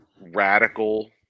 Radical